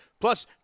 plus